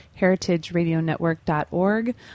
heritageradionetwork.org